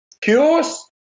Cures